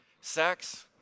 Sex